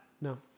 No